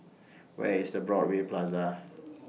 Where IS Broadway Plaza